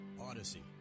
Odyssey